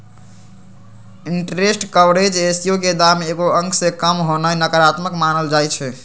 interest coverage ratio के दाम एगो अंक से काम होनाइ नकारात्मक मानल जाइ छइ